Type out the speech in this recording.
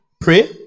Pray